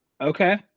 Okay